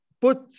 put